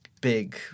big